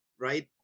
right